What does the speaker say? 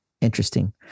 interesting